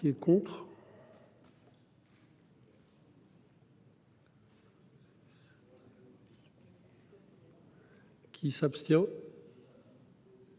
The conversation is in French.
Qui est contre. Qui s'abstient.